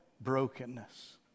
brokenness